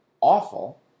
awful